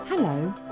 Hello